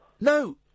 No